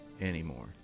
anymore